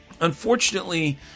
Unfortunately